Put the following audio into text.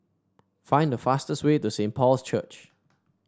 find the fastest way to Saint Paul's Church